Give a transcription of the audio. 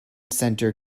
centre